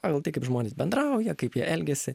pagal tai kaip žmonės bendrauja kaip jie elgiasi